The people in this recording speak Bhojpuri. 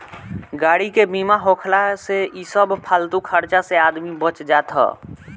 गाड़ी के बीमा होखला से इ सब फालतू खर्चा से आदमी बच जात हअ